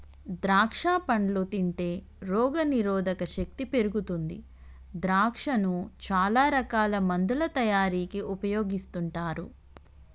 ద్రాక్షా పండ్లు తింటే రోగ నిరోధక శక్తి పెరుగుతుంది ద్రాక్షను చాల రకాల మందుల తయారీకి ఉపయోగిస్తుంటారు